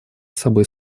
собой